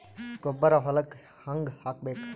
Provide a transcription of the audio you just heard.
ಗೊಬ್ಬರ ಹೊಲಕ್ಕ ಹಂಗ್ ಹಾಕಬೇಕು?